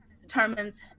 determines